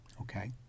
Okay